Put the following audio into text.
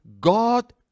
God